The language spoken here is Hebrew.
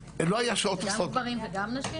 גם גברים וגם נשים?